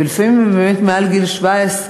ולפעמים הן באמת מעל גיל 17,